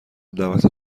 دعوت